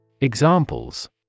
Examples